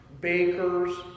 bakers